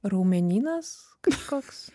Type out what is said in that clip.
raumenynas kažkoks